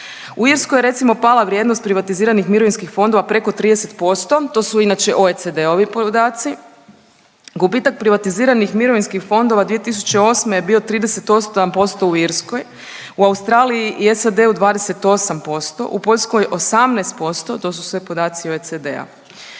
U Irskoj je recimo pala vrijednost privatiziranih mirovinskih fondova preko 30%, to su inače OECD-ovi podaci. Gubitak privatiziranih mirovinskih fondova 2008. je bio 38% u Irskoj, u Australiji i SAD-u 28%, u Poljskoj 18%, to su sve podaci OECD-a.